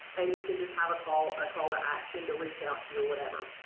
and you can just have a call a call to action to reach out to you or whatever.